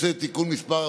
קריירה ארוכת שנים במשרד